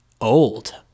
old